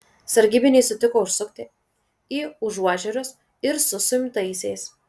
sargybiniai sutiko užsukti į užuožerius ir su suimtaisiais